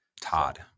Todd